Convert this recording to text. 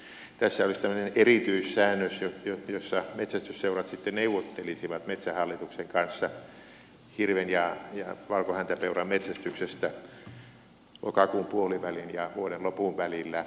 tässä olisi tämmöinen erityissäännös jossa metsästysseurat sitten neuvottelisivat metsähallituksen kanssa hirven ja valkohäntäpeuran metsästyksestä lokakuun puolivälin ja vuoden lopun välillä